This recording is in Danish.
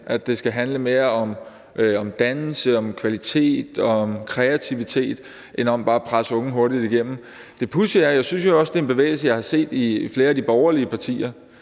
at det skal handle mere om dannelse, om kvalitet og om kreativitet end om bare at presse unge hurtigt igennem. Det pudsige er jo, synes jeg, at det også er en bevægelse, jeg har set i flere af de borgerlige partier.